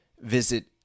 visit